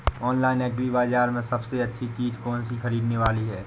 Online agri बाजार में सबसे अच्छी चीज कौन सी ख़रीदने वाली है?